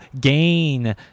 gain